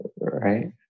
right